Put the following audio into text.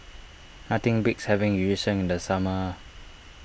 nothing beats having Yu Sheng in the summer